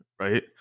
right